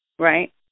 right